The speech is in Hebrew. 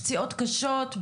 פציעות קשות,